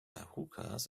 hookahs